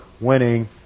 winning